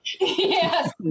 Yes